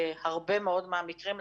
בהרבה מהמקרים,